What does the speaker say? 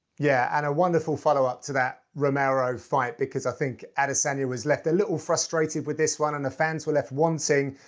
yeah, and a wonderful followup to that romero fight, because i think adesanya was left a little frustrated with this one. and fans were left wanting.